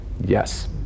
Yes